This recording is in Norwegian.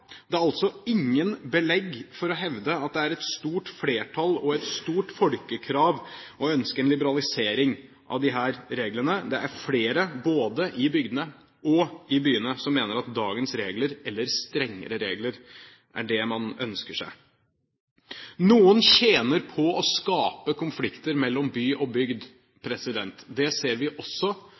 Det er altså ikke noe belegg for å hevde at det er et stort flertall og et stort folkekrav å ønske en liberalisering av disse reglene. Det er flere, både i bygdene og i byene, som ønsker at vi skal ha dagens regler, eller strengere regler. Noen tjener på å skape konflikter mellom by og bygd. Det ser vi også